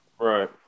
Right